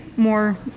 more